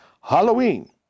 Halloween